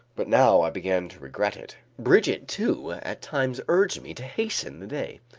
but now i began to regret it. brigitte, too, at times urged me to hasten the day.